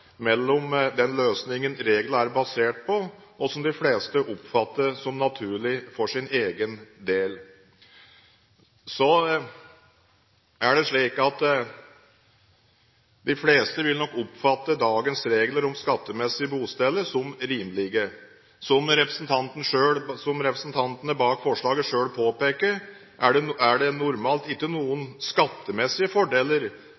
mellom den løsningen reglene er basert på, og som de fleste oppfatter som naturlig for sin egen del. De fleste vil nok oppfatte dagens regler om skattemessig bosted som rimelige. Som representantene bak forslaget selv påpeker, er det normalt ikke noen skattemessige fordeler